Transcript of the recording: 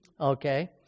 okay